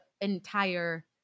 entire